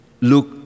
look